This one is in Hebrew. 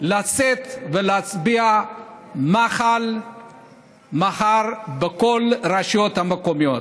לצאת ולהצביע מח"ל מחר בכל הרשויות המקומיות.